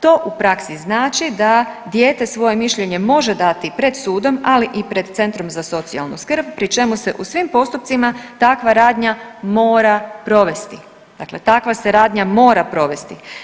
To u praksi znači da će dijete svoje mišljenje dati pred sudom, ali i pred centrom za socijalnu skrb pri čemu se u svim postupcima takva radnja mora provesti, dakle takva se radnja mora provesti.